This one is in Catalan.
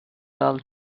del